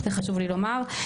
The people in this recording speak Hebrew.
זה חשוב לי לומר.